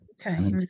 Okay